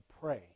pray